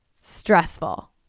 stressful